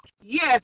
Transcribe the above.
yes